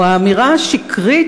או האמירה השקרית,